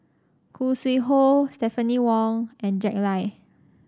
Khoo Sui Hoe Stephanie Wong and Jack Lai